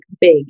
big